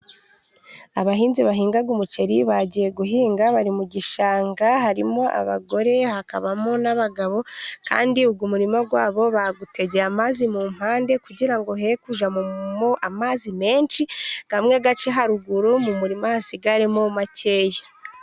Abahinzi bahinga umuceri bagiye guhinga bari mu gishanga, harimo abagore hakabamo n'abagabo, kandi uyu murima wabo bawutegeye amazi mu mpande, kugira ngo hekujyamo amazi menshi amwe ace haruguru, mu murima hasigaremo makeya.